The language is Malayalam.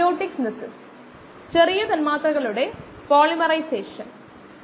1 അതിനാൽ ഒരു ലോഗ് സ്കെയിലിൽ സമയത്തിന് എതിരായി അത് കണക്കാക്കുന്നു